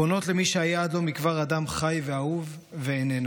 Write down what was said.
פונות למי שהיה עד לא מכבר אדם חי ואהוב ואיננו.